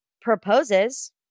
proposes